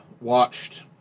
Watched